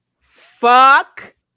Fuck